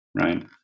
Right